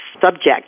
subject